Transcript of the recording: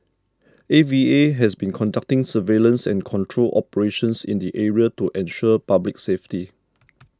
A V A has been conducting surveillance and control operations in the area to ensure public safety